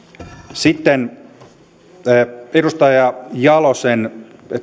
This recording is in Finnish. sitten edustaja jalosen